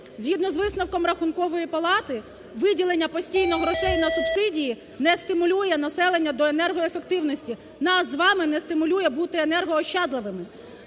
згідно з висновком Рахункової палати виділення постійно грошей на субсидії не стимулює населення до енергоефективності, нас з вами не стимулює бути енергоощадливими.